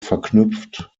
verknüpft